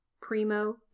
Primo